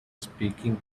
speaking